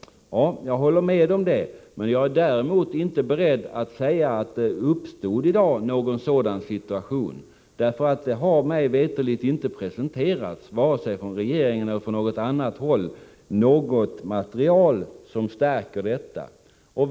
Jag håller med om att sådana förbehåll gjordes. Jag är däremot inte beredd att säga att någon sådan situation i dag har uppstått. Mig veterligen har inte, vare sig från regeringen eller från något annat håll, presenterats något material som visar att så skulle vara fallet.